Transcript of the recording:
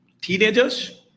teenagers